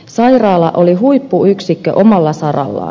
sairaala oli huippuyksikkö omalla sarallaan